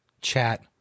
chat